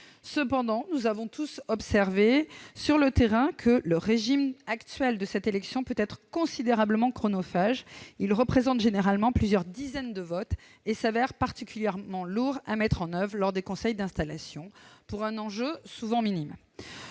Cependant, nous avons tous observé sur le terrain que le régime actuel de cette élection pouvait être considérablement chronophage. Il représente généralement plusieurs dizaines de votes et s'avère particulièrement lourd à mettre en oeuvre lors des conseils d'installation pour un enjeu souvent minime.